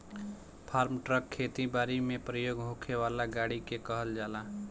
form truck खेती बारी में प्रयोग होखे वाला गाड़ी के कहल जाला